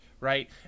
Right